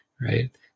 right